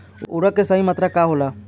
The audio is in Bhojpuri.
उर्वरक के सही मात्रा का होला?